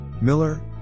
Miller